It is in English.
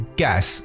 gas